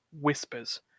whispers